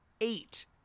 eight